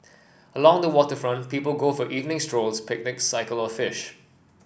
along the waterfront people go for evening strolls picnics cycle or fish